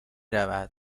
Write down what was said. رود